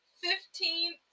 fifteen